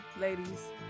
ladies